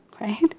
right